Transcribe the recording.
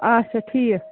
اَچھا ٹھیٖک